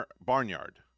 barnyard